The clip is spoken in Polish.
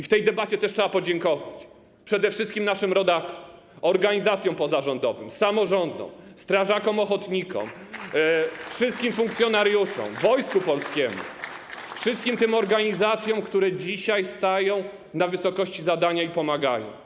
W tej debacie trzeba też podziękować - przede wszystkim naszym rodakom, organizacjom pozarządowym, samorządom, strażakom ochotnikom, wszystkim funkcjonariuszom, Wojsku Polskiemu, wszystkim tym organizacjom, które dzisiaj stają na wysokości zadania i pomagają.